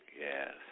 Yes